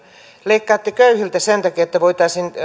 leikkaatte köyhiltä sen takia että voitaisiin